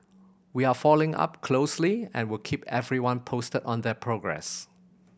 we are following up closely and will keep everyone posted on their progress